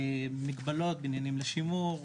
מגבלות, בניינים לשימור,